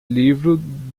livro